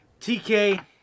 TK